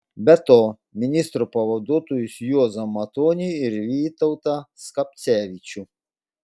be to ministro pavaduotojus juozą matonį ir vytautą skapcevičių